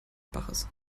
baches